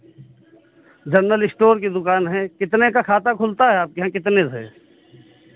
general store की दुकान है कितने का खाता खुलता है आपके यहाँ कितने से